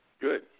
Good